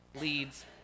leads